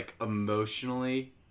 emotionally